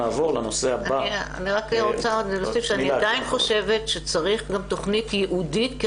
אני עדיין חושבת שצריך גם תכנית ייעודית,